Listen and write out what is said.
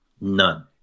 None